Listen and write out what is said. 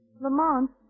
Lamont